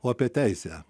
o apie teisę